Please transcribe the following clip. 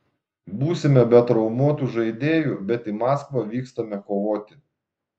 būsime be traumuotų žaidėjų bet į maskvą vykstame kovoti